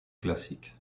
classique